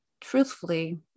Truthfully